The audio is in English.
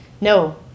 No